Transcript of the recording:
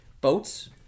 boats